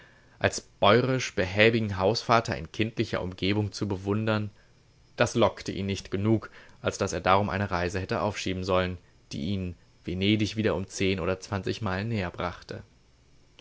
als bäurisch behäbigen hausvater in ländlicher umgebung zu bewundern das lockte ihn nicht genug als daß er darum eine reise hätte aufschieben sollen die ihn venedig wieder um zehn oder zwanzig meilen näher